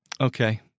Okay